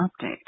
Update